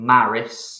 Maris